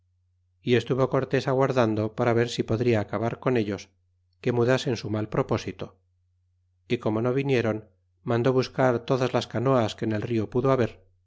y estuvo cortés aguardando para ver si podria acabar con ellos que mudasen su mal propósito y como no vinieron mandó buscar todas las canoas que en el rio pudo haber